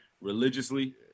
religiously